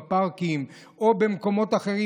בפארקים או במקומות אחרים,